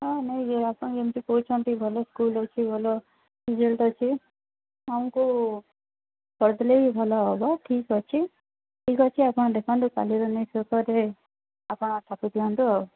ହଁ ନେଇଯିବା ଆପଣ ଯେମିତି କହୁଛନ୍ତି ଭଲ ସ୍କୁଲ୍ ଅଛି ଭଲ ରେଜଲ୍ଟ ଅଛି ଆମକୁ କରିଦେଲେ ବି ଭଲ ହେବ ଠିକ୍ ଅଛି ଠିକ୍ ଅଛି ଆପଣ ଦେଖନ୍ତୁ କାଲିର ନ୍ୟୁଜ୍ ପେପେର୍ରେ ଆପଣ ଛାପିଦିଅନ୍ତୁ ଆଉ